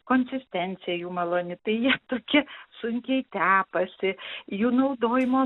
konsistencija jų maloni tai jie tokie sunkiai tepasi jų naudojimo